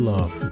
Love